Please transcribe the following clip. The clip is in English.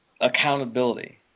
accountability